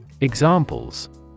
Examples